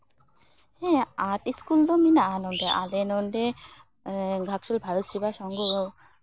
ᱦᱮᱸ art school ᱫᱚ ᱢᱮᱱᱟᱜᱼᱟ ᱟᱞᱮ ᱱᱚᱰᱮ ᱜᱷᱟᱴᱥᱤᱞᱟ ᱵᱷᱟᱨᱚᱛ ᱥᱮᱵᱟᱥᱨᱚᱢ ᱥᱚᱝᱜᱷᱚ